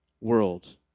world